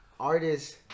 artists